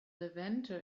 levanter